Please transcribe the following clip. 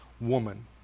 woman